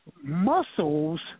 muscles